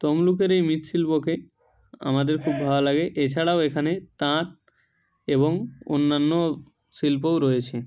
তমলুকের এই মিতশিল্পকে আমাদের খুব ভালো লাগে এছাড়াও এখানে তাঁত এবং অন্যান্য শিল্পও রয়েছে